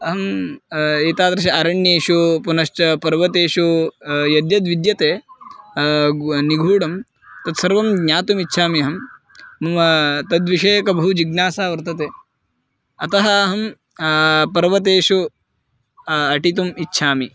अहम् एतादृश अरण्येषु पुनश्च पर्वतेषु यद्यद् विद्यते गू निगूढं तत्सर्वं ज्ञातुमिच्छामि अहं मम तद्विषये एकं बहु जिज्ञासा वर्तते अतः अहं पर्वतेषु अटितुम् इच्छामि